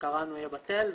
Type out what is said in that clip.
שקראנו יתבטל,